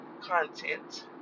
content